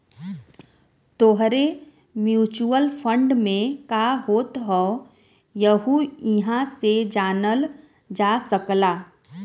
तोहरे mutual fund में का होत हौ यहु इहां से जानल जा सकला